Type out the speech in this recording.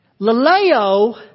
Laleo